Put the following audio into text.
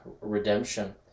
redemption